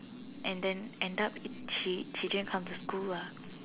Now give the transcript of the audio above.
and then end up she she didn't come to school lah